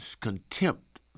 contempt